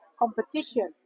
competition